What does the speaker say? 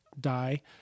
die